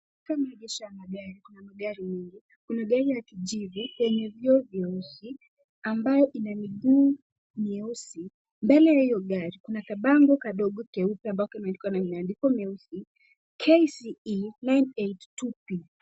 Sehemu ya kuegeza magari kuna Magari mengi. Kuna gari ya kijivu yenye vioo vyeusi ambayo ina miguu nyeusi. Mbele ya hiyo gari kuna kabango kadogo keupe ambako kameandikwa na niandiko mwiusi KCE 982P.